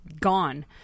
gone